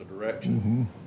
direction